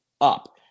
up